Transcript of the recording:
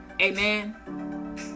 amen